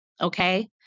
okay